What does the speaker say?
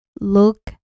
look